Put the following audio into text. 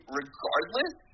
regardless